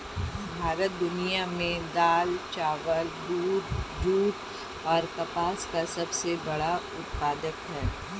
भारत दुनिया में दाल, चावल, दूध, जूट और कपास का सबसे बड़ा उत्पादक है